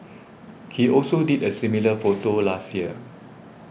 he also did a similar photo last year